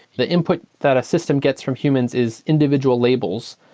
the input that a system gets from humans is individual labels.